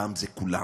הפעם זה כולם.